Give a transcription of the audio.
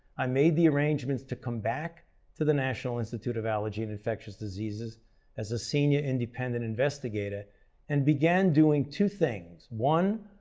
i made the arrangements to come back to the national institute of allergy and infectious diseases as a senior independent investigator and began doing two things one,